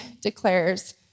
declares